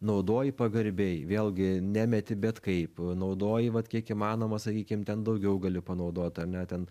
naudoji pagarbiai vėlgi nemeti bet kaip naudoji vat kiek įmanoma sakykime ten daugiau gali panaudot ar ne ten